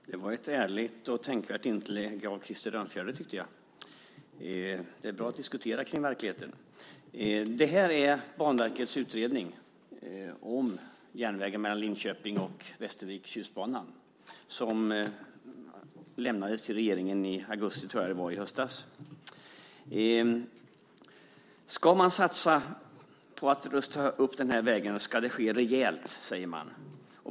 Herr talman! Det var ett ärligt och tänkvärt inlägg av Krister Örnfjäder. Det är bra att diskutera om verkligheten. Det jag håller i min hand är Banverkets utredning om järnvägen mellan Linköping och Västervik, Tjustbanan, som lämnades till regeringen i augusti i höstas, tror jag det var. Ska man satsa på att rusta upp banan ska det ske rejält, säger man.